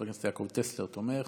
את חבר הכנסת יעקב טסלר כתומך,